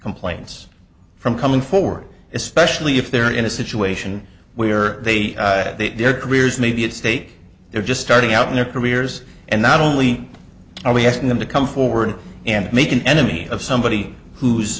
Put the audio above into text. complaints from coming forward especially if they're in a situation where they their careers may be at stake they're just starting out in their careers and not only are we asking them to come forward and make an enemy of somebody who's